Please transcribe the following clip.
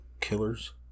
killers